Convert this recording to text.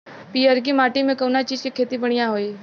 पियरकी माटी मे कउना चीज़ के खेती बढ़ियां होई?